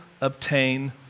obtain